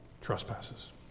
trespasses